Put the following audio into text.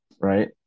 right